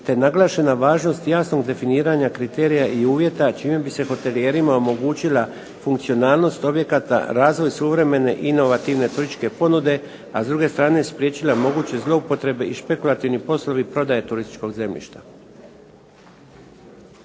te naglašena važnost jasnog definiranja kriterija i uvjeta čime bi se hotelijerima omogućila funkcionalnost objekata, razvoj suvremene inovativne turističke ponude, a s druge strane spriječila moguće zloupotrebe i špekulativni poslovi prodaje turističkog zemljišta.